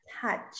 touch